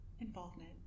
Involvement